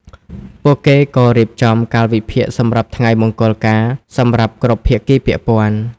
ពួកគេក៏រៀបចំ កាលវិភាគសម្រាប់ថ្ងៃមង្គលការ សម្រាប់គ្រប់ភាគីពាក់ព័ន្ធ។